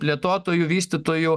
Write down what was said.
plėtotojų vystytojų